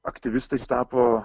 aktyvistais tapo